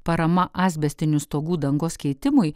parama asbestinių stogų dangos keitimui